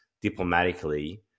diplomatically